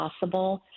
possible